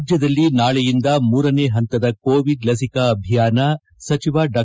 ರಾಜ್ಯದಲ್ಲಿ ನಾಳೆಯಿಂದ ಮೂರನೇ ಪಂತದ ಕೋವಿಡ್ ಲಸಿಕಾ ಅಭಿಯಾನ ಸಚಿವ ಡಾ